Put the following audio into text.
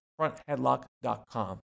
frontheadlock.com